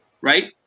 right